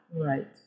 Right